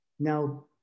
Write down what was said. Now